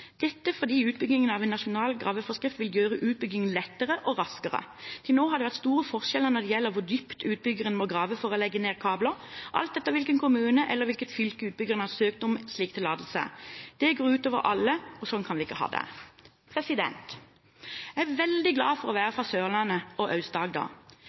dette fordi utbyggingen av en nasjonal graveforskrift vil gjøre utbyggingen lettere og raskere. Til nå har det vært store forskjeller når det gjelder hvor dypt utbyggeren må grave for å legge ned kabler, alt etter i hvilken kommune eller i hvilket fylke utbyggerne har søkt om slik tillatelse. Det går ut over alle, og slik kan vi ikke ha det. Jeg er veldig glad for å være